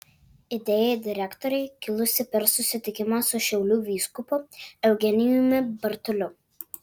idėja direktorei kilusi per susitikimą su šiaulių vyskupu eugenijumi bartuliu